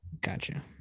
Gotcha